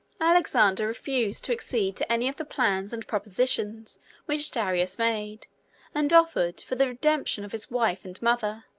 alexander refused to accede to any of the plans and propositions which darius made and offered for the redemption of his wife and mother,